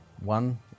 one